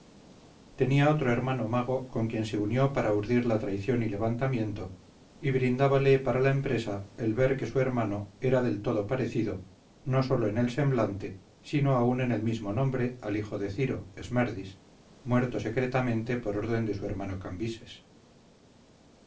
tenía otro hermano mago con quien se unió para urdir la traición y levantamiento y brindábale para la empresa el ver que su hermano era del todo parecido no sólo en el semblante sino aun en el mismo nombre al hijo de ciro esmerdis muerto secretamente por orden de su hermano cambises